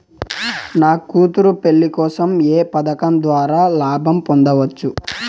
నా కూతురు పెళ్లి కోసం ఏ పథకం ద్వారా లాభం పొందవచ్చు?